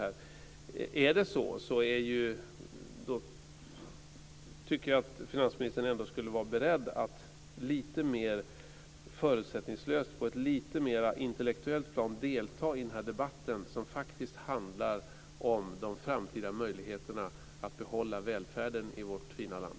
Om det är så tycker jag att finansministern skulle vara beredd att lite mer förutsättningslöst, på ett lite mer intellektuellt plan, delta i den här debatten, som faktiskt handlar om de framtida möjligheterna att behålla välfärden i vårt fina land.